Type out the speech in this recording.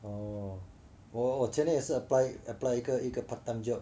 哦我我前天也是 apply apply 一个一个 part time job